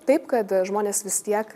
taip kad žmonės vis tiek